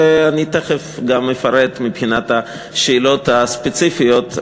ואני תכף גם אפרט מבחינת השאלות הספציפיות.